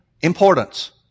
importance